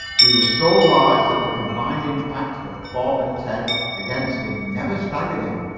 he was so large that the combined impact of bob and ted against him never staggered him,